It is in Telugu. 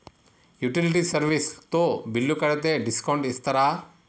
యుటిలిటీ సర్వీస్ తో బిల్లు కడితే డిస్కౌంట్ ఇస్తరా?